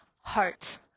heart